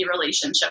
relationship